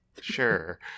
Sure